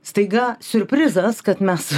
staiga siurprizas kad mes